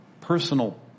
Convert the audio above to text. personal